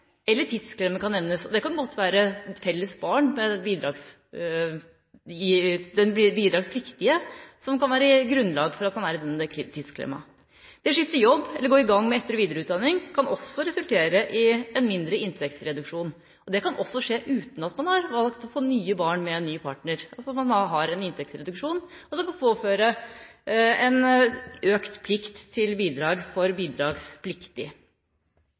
eller følge til barnehagen eller tidsklemme kan også nevnes. Det kan godt være felles barn med den bidragspliktige som kan være grunnlaget for at man er i tidsklemme. Det å skifte jobb eller gå i gang med etter- og videreutdanning kan også resultere i en mindre inntektsreduksjon. Det kan skje uten at man har valgt å få nye barn med en ny partner, men man har da en inntektsreduksjon som kan påføre en økt plikt til bidrag for